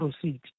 proceed